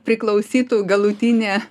priklausytų galutinė